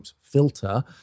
filter